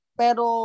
pero